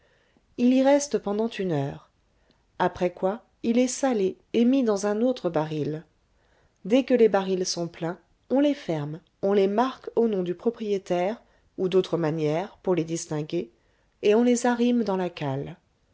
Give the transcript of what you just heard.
il y reste pendant une heure après quoi il est salé et mis dans un autre baril dès que les barils sont pleins on les ferme on les marque au nom du propriétaire ou d'autre manière pour les distinguer et on les arrime dans la cale